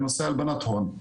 בנושא הלבנת הון.